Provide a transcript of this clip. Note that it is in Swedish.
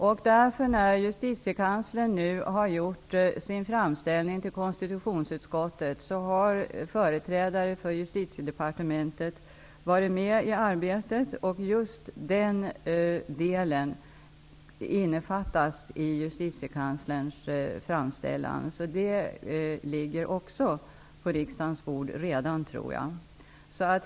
Företrädare för Justitiedepartementet har varit med i arbetet med justitiekanslerns framställan till konstitutionsutskottet, och just dessa filmer innefattas i denna. Också detta ligger nog redan på riksdagens bord.